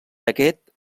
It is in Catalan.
aquest